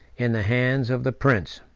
in the hands of the prince.